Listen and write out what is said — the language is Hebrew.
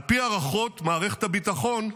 על פי הערכות מערכת הביטחון,